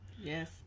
Yes